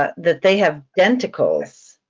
ah that they have denticles.